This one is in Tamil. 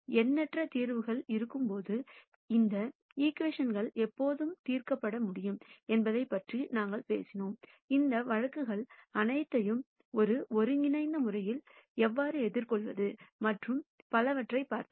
எண்ணற்ற தீர்வுகள் இருக்கும் போது இந்த ஈகிவேஷன் கள் எப்போது தீர்க்கப்பட முடியும் என்பதைப் பற்றி நாங்கள் பேசினோம் அந்த வழக்குகள் அனைத்தையும் ஒரு ஒருங்கிணைந்த முறையில் எவ்வாறு எதிர்கொள்வது மற்றும் பலவற்றை பார்த்தோம்